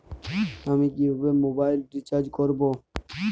আমি কিভাবে mobile recharge করব?